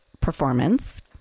performance